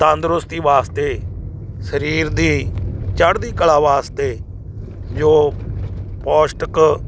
ਤੰਦਰੁਸਤੀ ਵਾਸਤੇ ਸਰੀਰ ਦੀ ਚੜ੍ਹਦੀ ਕਲਾ ਵਾਸਤੇ ਜੋ ਪੌਸ਼ਟਿਕ